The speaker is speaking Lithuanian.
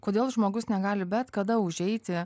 kodėl žmogus negali bet kada užeiti